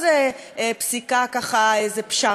איזו פשרה או איזה מין משהו כזה,